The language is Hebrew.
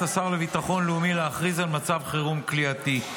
השר לביטחון לאומי להכריז על מצב חירום כליאתי.